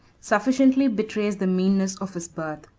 sufficiently betrays the meanness of his birth.